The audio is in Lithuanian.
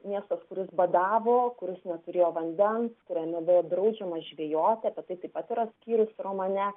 miestas kuris badavo kuris neturėjo vandens kuriame buvo draudžiama žvejoti apie tai taip pat yra skyrius romane